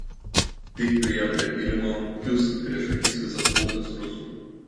tik priėjo prie pylimo kiūst prieš akis visas pulkas rusų